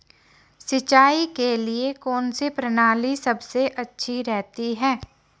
सिंचाई के लिए कौनसी प्रणाली सबसे अच्छी रहती है?